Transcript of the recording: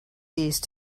these